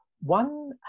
One